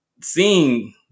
seeing